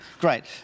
great